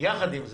יחד עם זה,